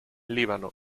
líbano